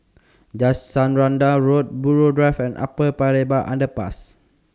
Jacaranda Road Buroh Drive and Upper Paya Lebar Underpass